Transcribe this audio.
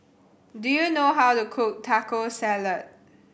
do you know how to cook Taco Salad